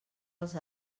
als